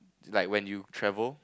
like when you travel